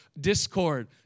discord